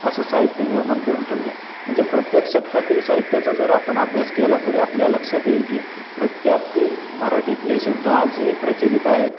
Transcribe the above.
असं साहित्य निर्माण करून ठेवलं आहे म्हणजे प्रत्येक शतकातील साहित्याचा जर आपण अभ्यास केला तरी आपल्या लक्षात येईल की प्रत्ययातील मराठीतले शब्द आजही प्रचलित आहेत